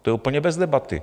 To je úplně bez debaty.